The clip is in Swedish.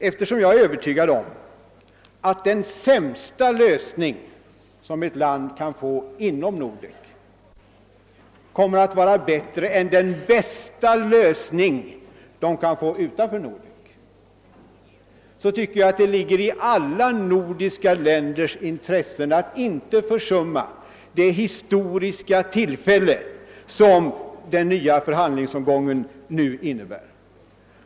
Eftersom jag är övertygad om att den sämsta lösning ett land kan få inom Nordek ändå kommer att vara bättre än den bästa lösning det kan få utanför Nordek, tycker jag att det ligger i alla nordiska länders intresse att inte försumma det historiska tillfälle som den nya förhandlingsomgången innebär.